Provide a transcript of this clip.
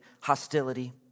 hostility